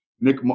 Nick